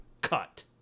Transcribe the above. cut